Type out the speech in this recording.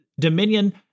Dominion